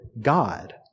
God